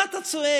מה אתה צועק,